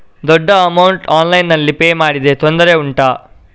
ದೊಡ್ಡ ಅಮೌಂಟ್ ಆನ್ಲೈನ್ನಲ್ಲಿ ಪೇ ಮಾಡಿದ್ರೆ ತೊಂದರೆ ಉಂಟಾ?